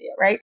right